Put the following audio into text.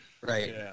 Right